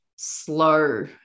slow